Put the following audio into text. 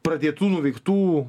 pradėtų nuveiktų